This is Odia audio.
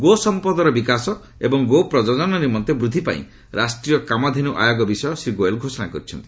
ଗୋ ସମ୍ପଦର ବିକାଶ ଏବଂ ଗୋ ପ୍ରଜନନ ନିରନ୍ତର ବୃଦ୍ଧି ପାଇଁ ରାଷ୍ଟ୍ରୀୟ କାମଧେନ୍ଦ୍ର ଆୟୋଗ ବିଷୟ ଶ୍ରୀ ଗୋୟଲ ଘୋଷଣା କରିଛନ୍ତି